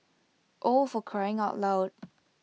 oh for crying out loud